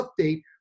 update